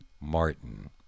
Martin